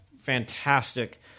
fantastic